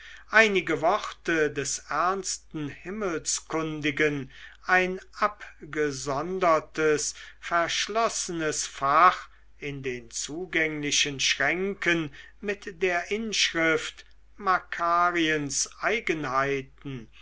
einige worte des ernsten himmelskundigen ein abgesondertes verschlossenes fach in den zugänglichen schränken mit der inschrift makariens eigenheiten